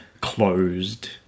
closed